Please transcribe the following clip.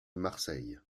marseille